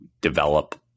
develop